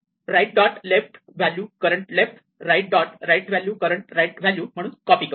right dot left value current left right dot right value current right value म्हणून copy करतो